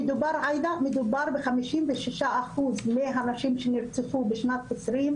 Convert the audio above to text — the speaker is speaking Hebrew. מדובר ב-56% מהנשים שנרצחו בשנת 2020,